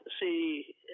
See